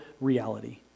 reality